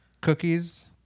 Cookies